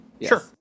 Sure